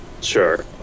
Sure